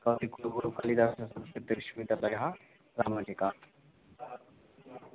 कविकुलगुरुकाळिदाससंस्कृतविश्वविद्यालयः Ramtek